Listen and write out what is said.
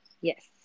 Yes